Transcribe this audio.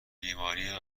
بیماری